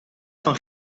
van